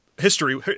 History